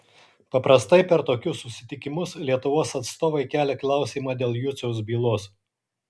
paprastai per tokius susitikimus lietuvos atstovai kelia klausimą dėl juciaus bylos